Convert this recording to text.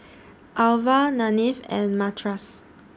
Alvah Nanette and Mathias